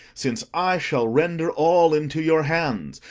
since i shall render all into your hands,